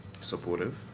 supportive